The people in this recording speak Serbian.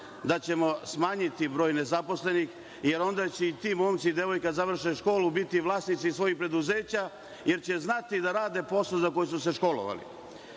da ćemo smanjiti broj nezaposlenih, jer onda će i ti momci i devojke kad završe školu biti vlasnici svojih preduzeća, jer će znati da rade posao za koji su se školovali. Isto